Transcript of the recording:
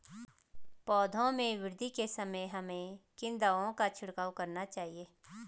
पौधों में वृद्धि के समय हमें किन दावों का छिड़काव करना चाहिए?